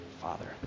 Father